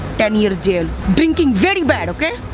ten years jail. drinking very bad, okay?